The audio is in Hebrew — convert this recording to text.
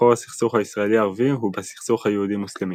מקור הסכסוך הישראלי–ערבי הוא בסכסוך היהודי-מוסלמי.